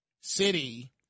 city